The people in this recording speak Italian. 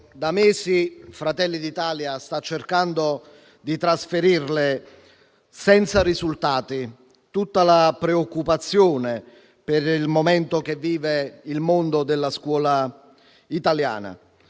Gruppo Fratelli d'Italia sta cercando di trasferirle, senza risultati, tutta la preoccupazione per il momento che vive il mondo della scuola italiana.